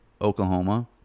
Oklahoma